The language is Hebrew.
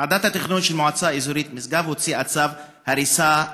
ועדת התכנון של המועצה האזורית משגב הוציאה צו הריסה לכביש.